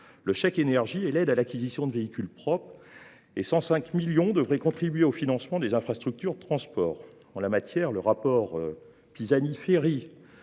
le chèque énergie et l’aide à l’acquisition de véhicules propres, et 105 millions d’euros devaient contribuer au financement des infrastructures de transport. À ce sujet, le rapport Pisani